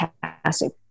fantastic